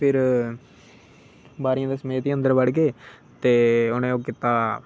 फिर बारियै दे समेत ही अंदर बड़ी गै ते उनें ओह् कीता